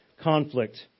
conflict